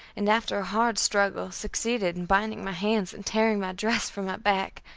and after a hard struggle succeeded in binding my hands and tearing my dress from my back.